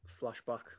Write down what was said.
flashback